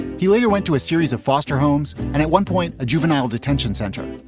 he later went to a series of foster homes and at one point a juvenile detention center.